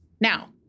Now